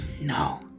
No